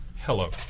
Hello